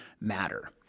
matter